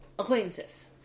Acquaintances